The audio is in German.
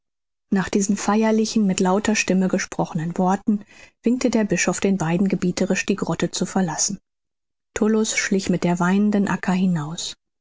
nach diesen feierlichen mit lauter stimme gesprochenen worten winkte der bischof den beiden gebieterisch die grotte zu verlassen tullus schlich mit der weinenden acca hinaus